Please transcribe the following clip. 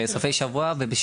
בסופי שבוע.